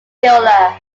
dealer